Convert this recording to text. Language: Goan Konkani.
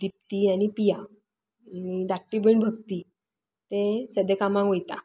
दिप्ती आनी प्रिया आनी धाकटी भयण भक्ती ते सद्याक कामांक वयता